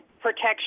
protection